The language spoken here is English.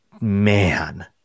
man